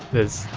there's.